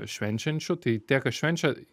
švenčiančių tai tie kas švenčia